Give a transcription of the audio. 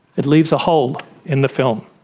it leaves a hole in the film.